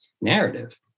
narrative